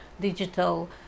digital